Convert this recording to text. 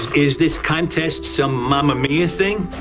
is this contest some mamma mia thing?